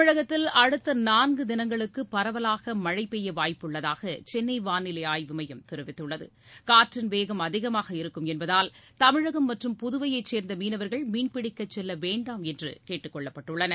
தமிழகத்தில் அடுத்த நான்கு தினங்களுக்கு பரவலாக மழை பெய்ய வாய்ப்பு உள்ளதாக சென்னை வானிலை ஆய்வு மையம் தெரிவித்துள்ளது காற்றின் வேகம் அதிகமாக இருக்கும் என்பதால் தமிழகம் மற்றும் புதுவையை சேர்ந்த மீனவர்கள் மீன்பிடிக்க செல்ல வேண்டாம் என்று கேட்டுக்கொள்ளப்பட்டுள்ளனர்